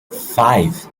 five